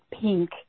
pink